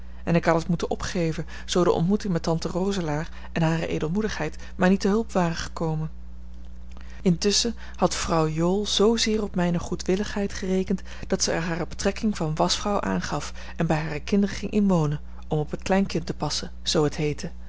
en ik had het moeten opgeven zoo de ontmoeting met tante roselaer en hare edelmoedigheid mij niet te hulp ware gekomen intusschen had vrouw jool zoozeer op mijne goedwilligheid gerekend dat ze er hare betrekking van waschvrouw aan gaf en bij hare kinderen ging inwonen om op het kleinkind te passen zoo het heette